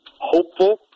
hopeful